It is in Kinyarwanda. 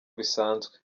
bisanzwe